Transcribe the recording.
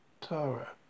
Tara